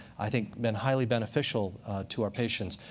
i think, been highly beneficial to our patients.